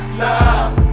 love